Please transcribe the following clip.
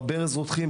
בברז רותחים,